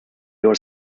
your